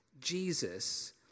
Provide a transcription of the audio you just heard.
Jesus